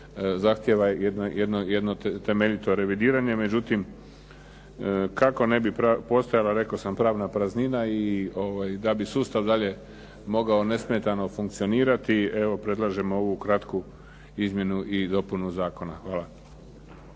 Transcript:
zahtijeva jedno temeljito revidiranje. Međutim, kako ne bi postojala rekao sam pravna praznina i da bi sustav dalje mogao nesmetano funkcionirati predlažem ovu kratku izmjenu i dopunu zakona. Hvala.